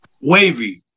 Wavy